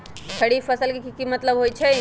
खरीफ फसल के की मतलब होइ छइ?